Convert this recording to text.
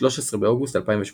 13 באוגוסט 2018